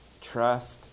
Trust